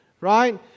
right